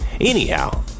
Anyhow